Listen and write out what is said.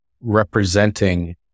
representing